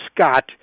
Scott